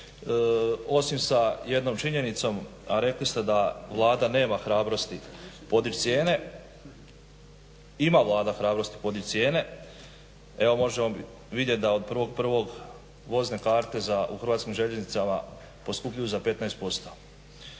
osim sa jednom činjenicom, a rekli ste da Vlada nema hrabrosti podići cijene. Ima Vlada hrabrosti podići cijene, evo možemo vidjeti da od 01.01. vozne karte u Hrvatskim željeznicama poskupljuju za 15%.